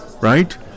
right